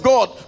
God